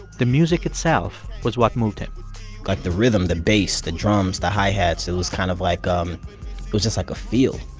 the music itself was what moved him like, the rhythm, the bass, the drums, the hi-hats, it was kind of like um it was just like a feel.